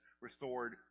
restored